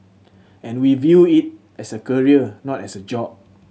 and we view it as a career not as a job